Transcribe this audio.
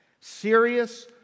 serious